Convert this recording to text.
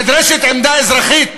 נדרשת עמדה אזרחית,